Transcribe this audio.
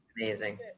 Amazing